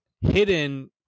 hidden